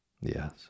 Yes